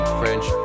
french